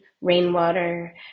rainwater